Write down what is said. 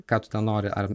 ką tu ten nori ar